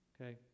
okay